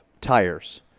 tires